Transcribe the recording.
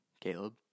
Caleb